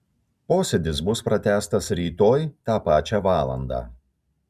posėdis bus pratęstas rytoj tą pačią valandą